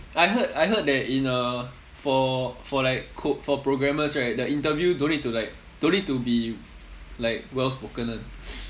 I heard I heard that in uh for for like co~ for programmers right their interview don't need to like don't need to be like well spoken [one]